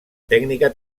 tècnica